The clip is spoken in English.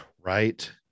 right